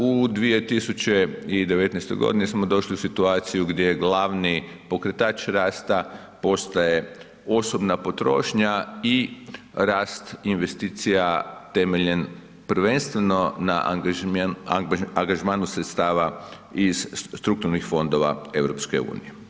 U 2019. godini smo došli u situaciju gdje je glasni pokretač rasta postaje osobna potrošnja i rast investicija temeljem, prvenstveno na angažmanu sredstava iz strukturnih fondova RU.